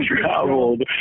traveled